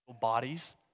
bodies